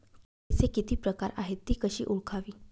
किडीचे किती प्रकार आहेत? ति कशी ओळखावी?